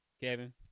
Kevin